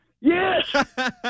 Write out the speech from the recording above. Yes